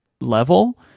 level